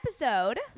episode